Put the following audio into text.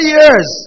years